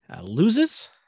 loses